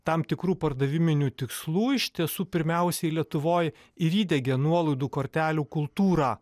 tam tikrų pardaviminių tikslų iš tiesų pirmiausiai lietuvoj ir įdiegė nuolaidų kortelių kultūrą